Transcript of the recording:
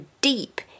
deep